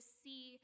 see